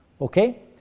Okay